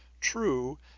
True